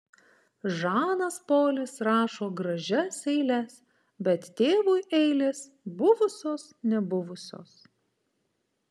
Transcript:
žanas polis rašo gražias eiles bet tėvui eilės buvusios nebuvusios